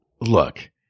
Look